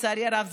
לצערי הרב,